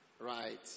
right